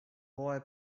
boy